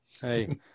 Hey